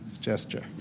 gesture